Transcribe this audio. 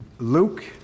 Luke